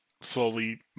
slowly